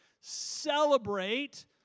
celebrate